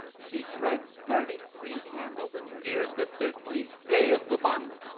she dreads burning three candles, and fears the thirteenth day of the month.